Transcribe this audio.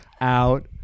out